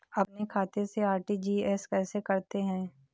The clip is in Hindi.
अपने खाते से आर.टी.जी.एस कैसे करते हैं?